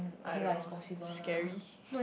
I don't know scary